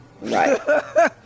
Right